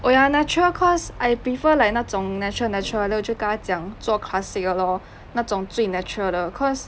oh ya ya natural cause I prefer like 那种 natural natural 的我就跟他讲做 classic 的 lor 那种最 natural 的 cause